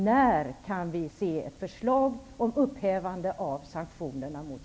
När kan vi se ett förslag om upphävande av sanktionerna mot